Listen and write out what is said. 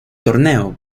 torneo